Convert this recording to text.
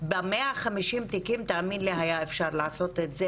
ב-150 תיקים תאמין לי היה אפשר לעשות את זה